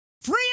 free